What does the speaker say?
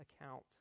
account